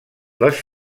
les